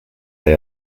they